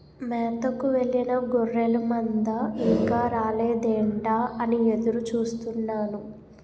మేతకు వెళ్ళిన గొర్రెల మంద ఇంకా రాలేదేంటా అని ఎదురు చూస్తున్నాను